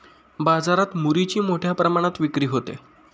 बाजारात मुरीची मोठ्या प्रमाणात विक्री होते